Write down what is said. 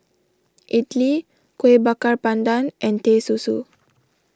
Idly Kuih Bakar Pandan and Teh Susu